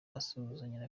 asuhuzanya